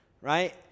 right